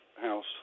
house